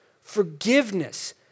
forgiveness